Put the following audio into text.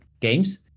games